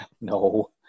No